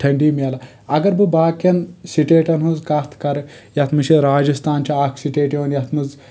ٹٔھنڈی میلان اگر بہٕ باقین سِٹیٹن ہِنٛز کتھ کرٕ یتھ منٛز چھ راجستھان چھ اکھ سِٹیٹ یِوان یتھ منٛز